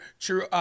True